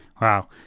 Wow